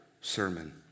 sermon